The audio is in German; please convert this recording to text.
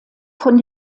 von